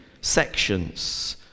sections